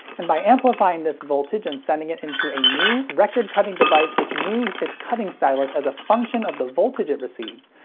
and by amplifying this voltage and sending it into a new record cutting device which moves its cutting stylus as a function of the voltage it receives,